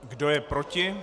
Kdo je proti?